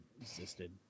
existed